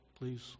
please